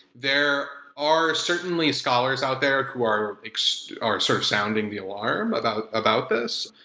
there are certainly scholars out there who are like so are sort of sounding the alarm about about this,